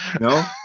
No